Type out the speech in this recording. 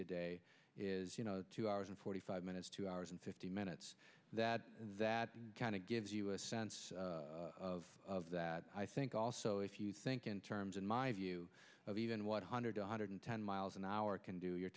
today is you know two hours and forty five minutes two hours and fifty minutes that that kind of gives you a sense of that i think also if you think in terms in my view of even one hundred one hundred ten miles an hour can do you're